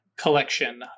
Collection